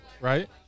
right